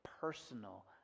personal